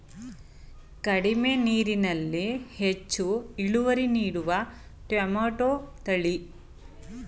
ಕಡಿಮೆ ನೀರಿನಲ್ಲಿ ಹೆಚ್ಚು ಇಳುವರಿ ನೀಡುವ ಟೊಮ್ಯಾಟೋ ತಳಿ ಯಾವುದು?